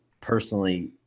personally